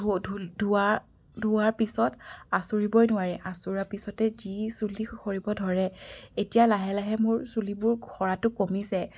ধু ধুল ধোৱা ধোৱাৰ পিছত আঁচুৰিবই নোৱাৰি আঁচোৰা পিছতে যি চুলি সৰিব ধৰে এতিয়া লাহে লাহে মোৰ চুলিবোৰ সৰাটো কমিছে